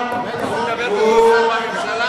והוא מדבר כמו שר בממשלה?